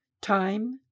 Time